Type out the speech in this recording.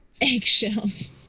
eggshells